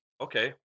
Okay